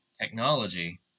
technology